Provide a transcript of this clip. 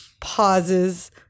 Pauses